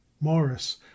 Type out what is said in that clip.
Morris